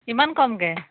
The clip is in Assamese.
কিমান কমকে